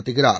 நடத்துகிறார்